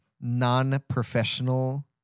non-professional